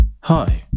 Hi